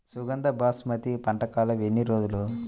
సుగంధ బాసుమతి పంట కాలం ఎన్ని రోజులు?